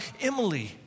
Emily